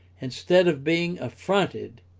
instead of being affronted,